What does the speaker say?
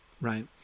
right